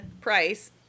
price